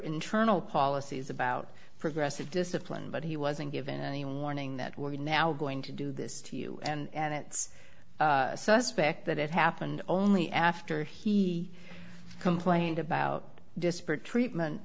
internal policies about progressive discipline but he wasn't given any warning that we're now going to do this to you and it's suspect that it happened only after he complained about disparate treatment